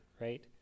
right